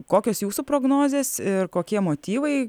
kokios jūsų prognozės ir kokie motyvai